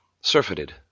surfeited